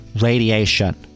radiation